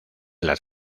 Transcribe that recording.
las